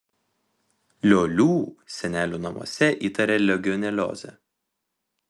liolių senelių namuose įtarė legioneliozę